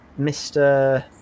Mr